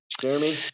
Jeremy